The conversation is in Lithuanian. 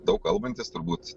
daug kalbantis turbūt